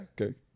okay